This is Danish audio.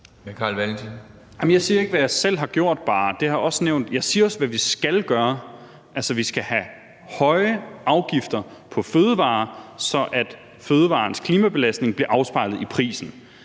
har gjort. Det har jeg også nævnt, men jeg siger også, hvad vi skal gøre. Altså, vi skal have høje afgifter på fødevarer, så fødevarernes klimabelastning bliver afspejlet i prisen,